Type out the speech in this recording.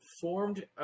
formed